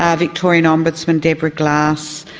yeah victorian ombudsman deborah glass,